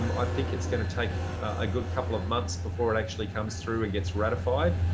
um i think it's going to take a good couple of months before it actually comes through and gets ratified.